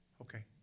Okay